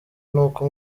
n’uko